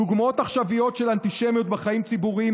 דוגמאות עכשוויות של אנטישמיות בחיים הציבוריים,